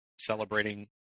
celebrating